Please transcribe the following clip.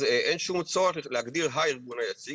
אז אין שום צרוך להגדיר הארגון היציג,